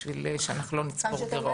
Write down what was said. כדי שאנחנו לא נצבור גירעון.